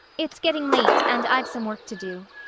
it's getting late, and i've some work to do.